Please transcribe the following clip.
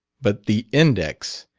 but the index!